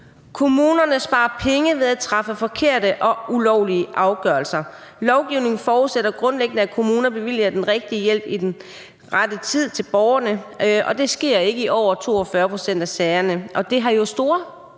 »Kommunerne sparer penge ved at træffe forkerte og ulovlige afgørelser. Lovgivningen forudsætter grundlæggende, at kommuner bevilger den rigtige hjælp i rette tid til borgerne.« Det sker ikke i over 42 pct. af sagerne, og det har jo store